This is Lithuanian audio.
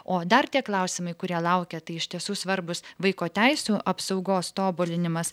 o dar tie klausimai kurie laukia tai iš tiesų svarbūs vaiko teisių apsaugos tobulinimas